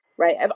Right